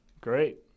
Great